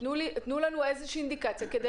תנו לנו איזו שהיא אינדיקציה כדי